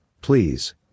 please